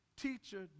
Teacher